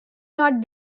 not